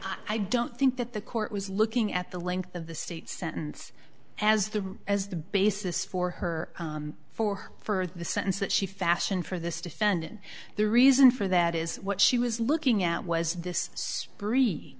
i don't think that the court was looking at the length of the state sentence as the as the basis for her for for the sentence that she fashion for this defendant the reason for that is what she was looking at was this breed